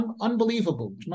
unbelievable